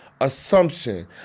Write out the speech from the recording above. assumption